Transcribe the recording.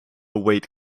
weight